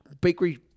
Bakery